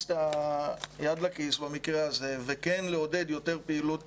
את היד לכיס במקרה הזה ולעודד יותר פעילות